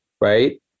right